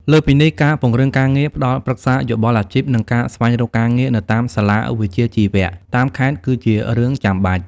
លើសពីនេះ ការពង្រឹងការងារផ្តល់ប្រឹក្សាយោបល់អាជីពនិងការស្វែងរកការងារនៅតាមសាលាវិជ្ជាជីវៈតាមខេត្តគឺជារឿងចាំបាច់។